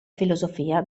filosofia